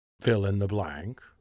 fill-in-the-blank